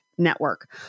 network